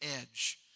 edge